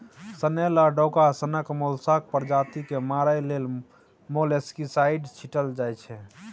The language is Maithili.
स्नेल आ डोका सनक मोलस्का प्रजाति केँ मारय लेल मोलस्कीसाइड छीटल जाइ छै